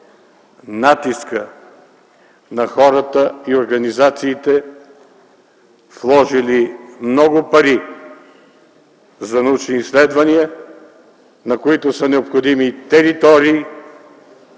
натиска на хората и организациите, вложили много пари за научни изследвания, на които са необходими територии,